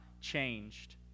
changed